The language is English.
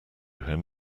him